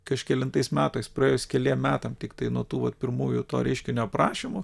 kažkelintais metais praėjus keliem metam tiktai nuo tų pirmųjų to reiškinio aprašymų